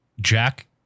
jack